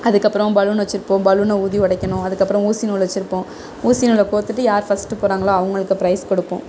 அதுக்கப்பறம் பலூன் வைச்சிருப்போம் பலூனை ஊதி உடைக்கணும் அதுக்கப்பறம் ஊசி நூல் வச்சிருப்போம் ஊசி நூலை கோர்த்துட்டு யார் ஃபஸ்ட் போகிறாங்களோ அவங்களுக்கு ப்ரைஸ் கொடுப்போம்